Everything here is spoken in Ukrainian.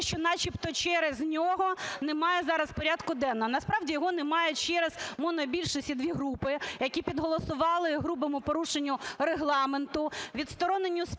що начебто через нього немає зараз порядку денного. Насправді його немає через монобільшість і дві групи, які підголосували грубому порушенню Регламенту, відсторонення спікера